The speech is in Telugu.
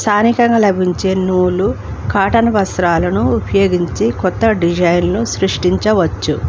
స్థానికంగా లభించే నూలు కాటన్ వస్త్రాలను ఉపయోగించి కొత్త డిజైన్లు సృష్టించవచ్చు